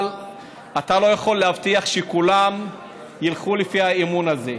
אבל אתה לא יכול להבטיח שכולם ילכו לפי האמון הזה.